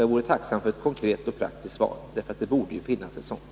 Jag vore tacksam för ett konkret och praktiskt svar — det borde ju finnas ett sådant.